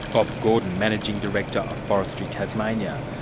bob gordon, managing director of forestry tasmania.